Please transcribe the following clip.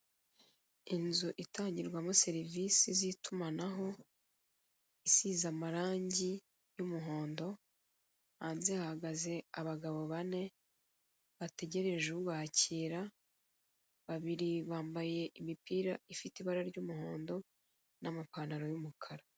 Inzu itangirwamo serivisi z'itumanaho, isize amarangi y'umuhondo, hanze hahagaze abagabo bane, bategereje ubakira, babiri bambaye imipira ifite ibara ry'umuhondo n'amapantaro y'umukara.